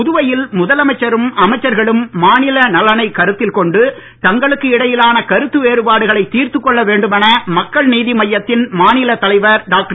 புதுவையில் முதலமைச்சரும் அமைச்சர்களும் மாநில நலனைக் கருத்தில் கொண்டு தங்களுக்கு இடையிலான கருத்து வேறுபாடுகளை தீர்த்துக் கொள்ள வேண்டுமென மக்கள் நீதி மய்ய த்தின் மாநிலத் தலைவர் டாக்டர்